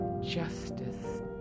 justice